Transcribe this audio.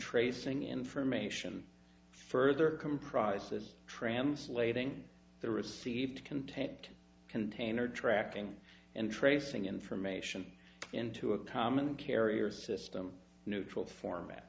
tracing information further comprises translating the received content container tracking and tracing information into a common carrier system neutral format